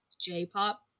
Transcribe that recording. j-pop